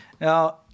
Now